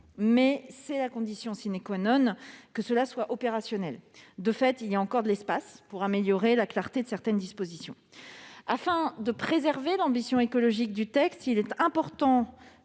mais c'est la condition pour que ses dispositions soient opérationnelles. De fait, il y a encore de l'espace pour améliorer la clarté de certaines dispositions. Afin de préserver l'ambition écologique du texte, il est important